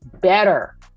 better